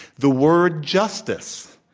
the word, justice,